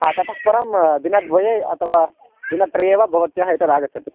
आ ततः परं दिनद्वये अथवा दिनत्रयेवा भवत्याः एतद् आगच्छति